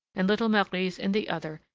and little marie's in the other,